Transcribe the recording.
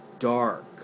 dark